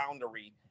boundary